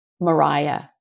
Mariah